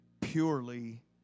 Purely